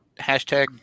hashtag